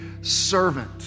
servant